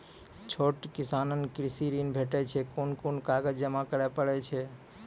छोट किसानक कृषि ॠण भेटै छै? कून कून कागज जमा करे पड़े छै?